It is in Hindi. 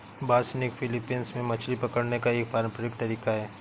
बासनिग फिलीपींस में मछली पकड़ने का एक पारंपरिक तरीका है